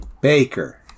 baker